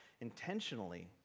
intentionally